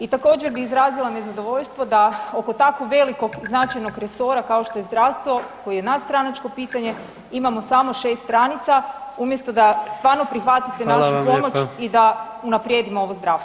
I također bi izrazila nezadovoljstvo da oko tako velikog i značajnog resora kao što je zdravstvo, koje je nadstranačko pitanje, imamo samo 6 stranica umjesto da stvarno prihvatite našu pomoć i da unaprijedimo ovo zdravstvo.